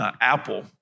apple